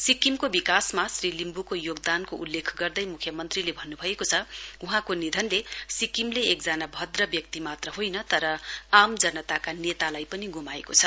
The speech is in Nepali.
सिक्किमको विकासमा श्री लिम्बुको योगदानको उल्लेख गर्दै मुख्यमन्त्रीले भन्नु भएको छ वहाँको निधनले सिक्किमले एकजना भद्र व्यक्ति मात्र होइन तर आम जनताको नेता पनि गुमाएको छ